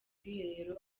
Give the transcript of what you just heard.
bwiherero